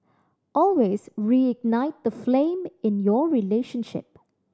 always reignite the flame in your relationship